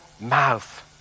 mouth